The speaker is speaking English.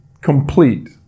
complete